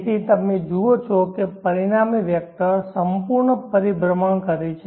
તેથી તમે જુઓ છો કે પરિણામી વેક્ટર સંપૂર્ણ પરિભ્રમણ કરે છે